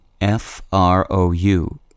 F-R-O-U